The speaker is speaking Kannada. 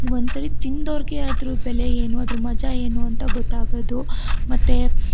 ಒಂದು ಸರಿ ತಿಂದೋರಿಗೆ ಅದ್ರ ಬೆಲೆ ಏನು ಅದ್ರ ಮಜಾ ಏನು ಅಂತ ಗೊತ್ತಾಗೋದು ಮತ್ತು